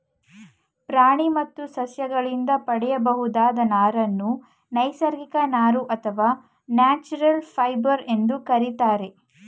ಪ್ರಾಣಿ ಮತ್ತು ಸಸ್ಯಗಳಿಂದ ಪಡೆಯಬಹುದಾದ ನಾರನ್ನು ನೈಸರ್ಗಿಕ ನಾರು ಅಥವಾ ನ್ಯಾಚುರಲ್ ಫೈಬರ್ ಎಂದು ಕರಿತಾರೆ